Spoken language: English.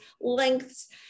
lengths